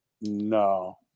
No